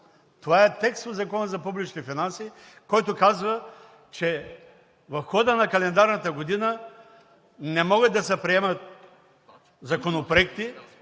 Това е текст в Закона за публичните финанси, който казва, че в хода на календарната година не могат да се приемат законопроекти,